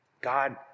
God